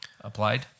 applied